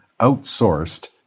outsourced